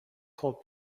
called